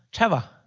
trevor,